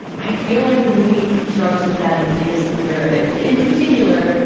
i feel like the movie struggles with that and is aware of it in particular.